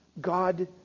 God